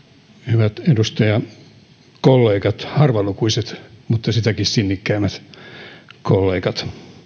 hyvät edustajakollegat harvalukuiset mutta sitäkin sinnikkäämmät kollegat